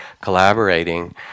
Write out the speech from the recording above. collaborating